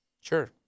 Sure